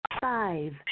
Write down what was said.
Five